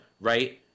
Right